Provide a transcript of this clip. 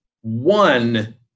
one